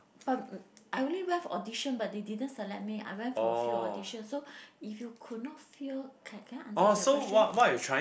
but I only went for audition but they didn't select me I went for a few audition so if you could not fear can can I answer that question